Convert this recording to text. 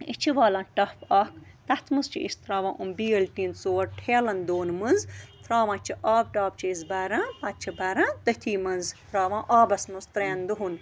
أسۍ چھِ والان ٹَپ اَکھ تَتھ منٛز چھِ أسۍ ترٛاوان یِم بیل ٹیٖن ژور ٹھیلَن دۄن منٛز ترٛاوان چھِ آب ٹَپ چھِ أسۍ بَران پَتہٕ چھِ بَران تٔتھی منٛز ترٛاوان آبَس منٛز ترٛٮ۪ن دۄہَن